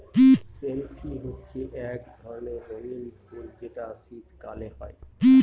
pansy হচ্ছে এক ধরণের রঙ্গীন ফুল যেটা শীতকালে হয়